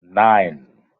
nine